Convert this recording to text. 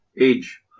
Age